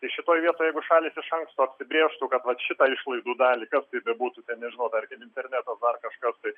ir šitoj vietoj jeigu šalys iš anksto apibrėžtų kad vat šitą išlaidų dalį kas bebūtų ten nežinau tarkim internetas dar kažkas tai